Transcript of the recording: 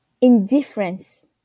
indifference